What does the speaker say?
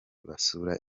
basura